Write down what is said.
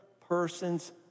person's